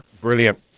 brilliant